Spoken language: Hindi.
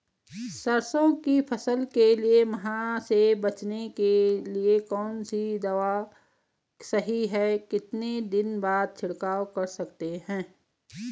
सरसों की फसल के लिए माह से बचने के लिए कौन सी दवा सही है कितने दिन बाद छिड़काव कर सकते हैं?